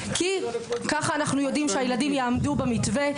כי ככה אנחנו יודעים שהילדים יעמדו במתווה,